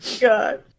God